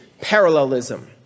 parallelism